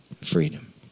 Freedom